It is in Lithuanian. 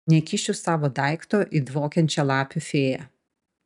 nekišiu savo daikto į dvokiančią lapių fėją